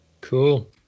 Cool